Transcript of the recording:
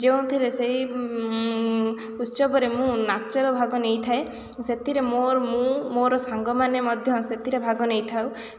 ଯେଉଁଥିରେ ସେହି ଉତ୍ସବରେ ମୁଁ ନାଚରେ ଭାଗ ନେଇଥାଏ ସେଥିରେ ମୋର ମୁଁ ମୋର ସାଙ୍ଗମାନେ ମଧ୍ୟ ସେଥିରେ ଭାଗ ନେଇଥାଉ